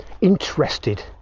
interested